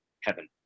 heaven